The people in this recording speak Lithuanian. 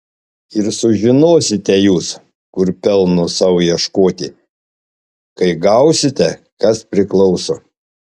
ir sužinosite jūs kur pelno sau ieškoti kai gausite kas priklauso